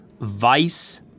Vice